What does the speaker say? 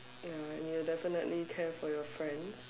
ya and you will definitely care for your friends